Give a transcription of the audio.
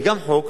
וגם חוק,